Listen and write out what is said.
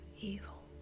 evil